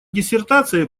диссертацией